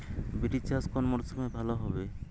বিরি চাষ কোন মরশুমে ভালো হবে?